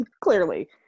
Clearly